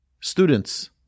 students